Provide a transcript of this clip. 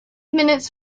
minutes